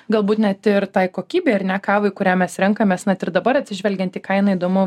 galbūt net ir tai kokybei ar ne kavai kurią mes renkamės net ir dabar atsižvelgiant į kainą įdomu